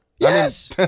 Yes